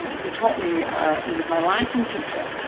who taught me who was my latin teacher,